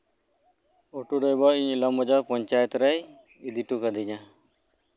auto driver Ilambazar panchayat ᱨᱮᱭ ᱤᱫᱤ ᱦᱚᱴᱚ ᱠᱟᱹᱫᱤᱧᱟ